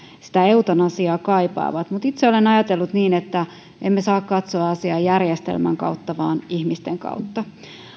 sitä eutanasiaa kaipaavat mutta itse olen ajatellut niin että emme saa katsoa asiaa järjestelmän kautta vaan ihmisten kautta